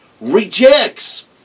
rejects